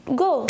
go